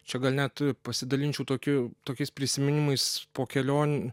čia gal net pasidalinčiau tokiu tokiais prisiminimais po kelion